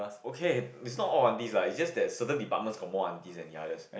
okay is not all aunties lah is just that certain department got more aunties than the others